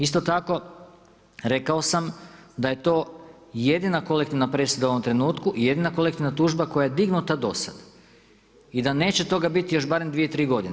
Isto tako rekao sam da je to jedina kolektivna presuda u ovom trenutku i jedina kolektivna tužba koja je dignuta do sad i da neće toga biti još barem dvije, tri godine.